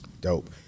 Dope